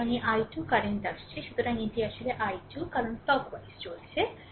সুতরাং এই i 2 current আসছে সুতরাং এটি আসলে আর i 2 কারণ ক্লক ওয়াইজ চলছে এটি i 2